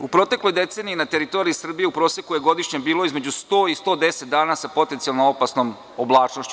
U protekloj deceniji na teritoriji Srbije u proseku je godišnje bilo između 100 i 110 dana sa potencijalno opasnom oblačnošću.